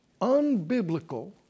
unbiblical